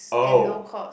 oh